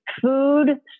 Food